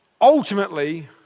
ultimately